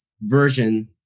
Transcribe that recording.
version